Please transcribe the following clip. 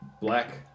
black